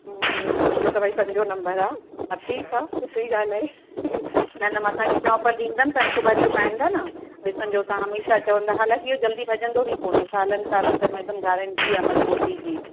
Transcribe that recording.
मुंहिंजो त भई पंज नंबर आहे हा ठीकु आहे सुठी ॻाल्हि आहे न न मां तव्हांखे चम्पल ॾींदमि तव्हां हिक बारी इहो पाईंदा न ॾिसंजो था हलण ई चवंदा हालाकी इहो जल्दी भजंदो बि कोन्हे सालनि सालनि मां हिकदमु गारंटी आहे मजबूती जी